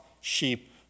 sheep